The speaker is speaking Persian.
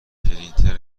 پرینتر